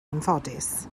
anffodus